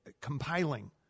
compiling